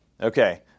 Okay